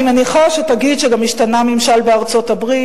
אני מניחה שתגיד שהשתנה גם הממשל בארצות-הברית.